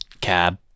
cab